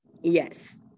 Yes